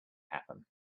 happen